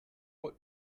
what